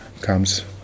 comes